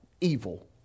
evil